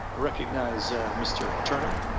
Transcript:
ah recognize mr. turner.